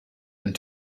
and